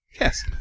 Yes